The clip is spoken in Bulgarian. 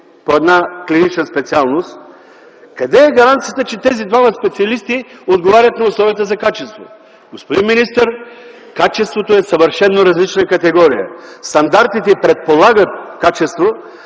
по една клинична специалност, къде е гаранцията, че тези двама специалисти отговарят на условията за качество? Господин министър, качеството е съвършено различна категория. Стандартите предполагат качество,